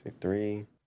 three